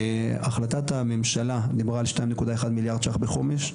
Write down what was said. החלטת הממשלה דיברה על שניים נקודה אחד מיליארד ₪ בחומש.